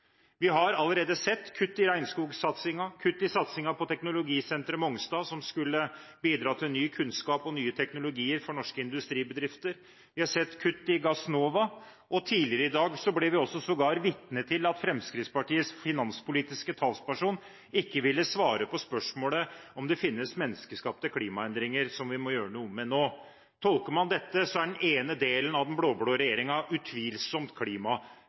Vi har allerede sett kutt i regnskogsatsingen og kutt i satsingen på teknologisenteret på Mongstad, som skulle bidra til ny kunnskap og nye teknologier for norske industribedrifter. Vi har sett kutt i Gassnova, og tidligere i dag ble vi også sågar vitne til at Fremskrittspartiets finanspolitiske talsperson ikke ville svare på spørsmålet om hvorvidt det finnes menneskeskapte klimaendringer som vi må gjøre noe med nå. Tolker man dette, er den ene delen av den blå-blå regjeringen utvilsomt